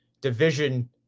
division